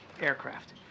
aircraft